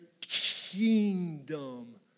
kingdom